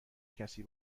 کسی